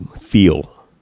feel